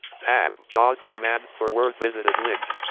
tab, jaws commands for word, visited link,